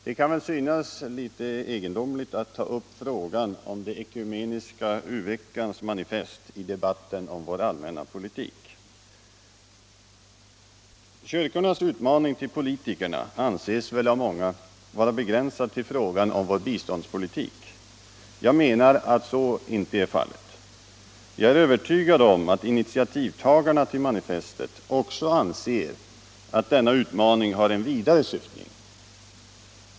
Det kanske kan synas litet egendomligt att ta upp frågan om den ekumeniska u-veckans manifest i debatten om vår allmänna politik. Kyrkornas utmaning till politikerna anses väl av många vara begränsad till frågan om vår biståndspolitik. Jag menar att så inte är fallet. Jag är övertygad om att initiativtagarna till manifestet också anser att denna utmaning har en vidare syftning.